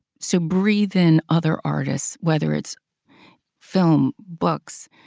so breathe in other artists, whether it's film, books,